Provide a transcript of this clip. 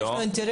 יש לו אינטרס?